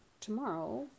tomorrow